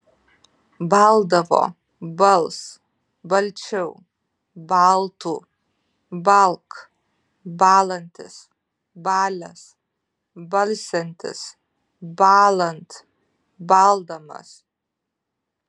baldavo bals balčiau baltų balk bąlantis balęs balsiantis bąlant baldamas